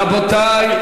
רבותי, רבותי.